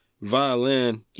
violin